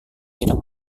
tidak